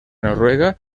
noruega